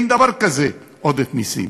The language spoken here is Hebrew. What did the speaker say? אין דבר כזה עודף מסים,